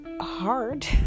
hard